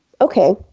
Okay